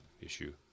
issue